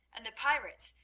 and the pirates,